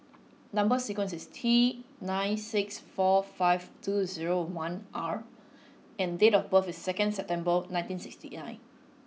number sequence is T nine six four five two zero one R and date of birth is second September nineteen sixty nine